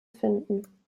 finden